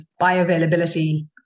bioavailability